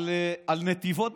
על נתיבות?